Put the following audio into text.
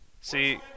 See